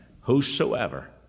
whosoever